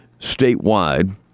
statewide